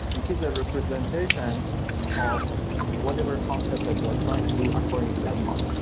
which is a representation of whatever concept that you are trying to do according to that model.